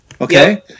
okay